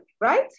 right